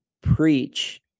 preach